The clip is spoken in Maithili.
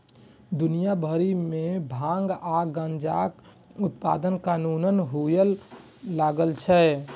दुनिया भरि मे भांग आ गांजाक उत्पादन कानूनन हुअय लागल छै